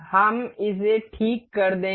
हम इसे ठीक कर देंगे